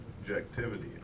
objectivity